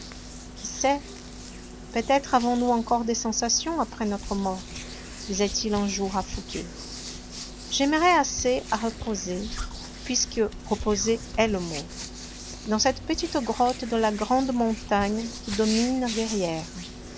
qui sait peut-être avons-nous encore des sensations après notre mort disait-il un jour à fouqué j'aimerais assez à reposer puisque reposer est le mot dans cette petite grotte de la grande montagne qui domine verrières